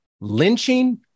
lynching